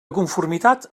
conformitat